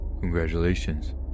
Congratulations